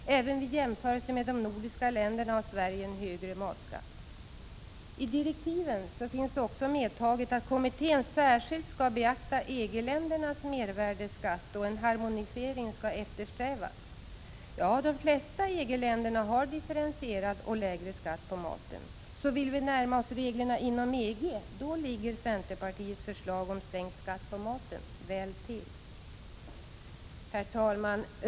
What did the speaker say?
Även vid jämförelse med de nordiska länderna har Sverige en högre matskatt. I direktiven finns också medtaget att kommittén särskilt skall beakta EG-ländernas mervärdeskatt och att en harmonisering skall eftersträvas. Ja, de flesta EG-länderna har differentierad och lägre skatt på maten. Vill vi alltså närma oss reglerna inom EG, då ligger centerpartiets förslag om sänkt skatt på maten väl till. Herr talman!